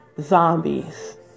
zombies